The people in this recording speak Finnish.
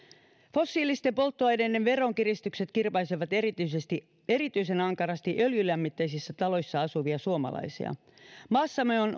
fossiilisten polttoaineiden veronkiristykset kirpaisevat erityisen ankarasti öljylämmitteisissä taloissa asuvia suomalaisia maassamme on